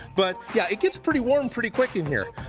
but yeah, it gets pretty warm pretty quick in here.